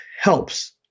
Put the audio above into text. helps